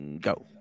Go